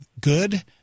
good